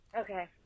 Okay